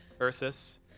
Ursus